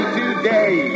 today